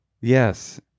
Yes